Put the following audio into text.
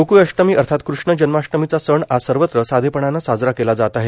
गोक्ळ अष्टमी अर्थात कृष्ण जन्माष्टमी चा सण आज सर्वत्र साधेपणाने सजरा केला जातो आहे